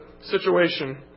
situation